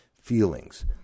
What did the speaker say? feelings